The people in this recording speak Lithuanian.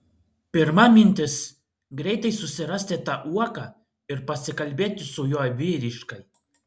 pirma mintis greitai susirasti tą uoką ir pasikalbėti su juo vyriškai